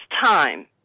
time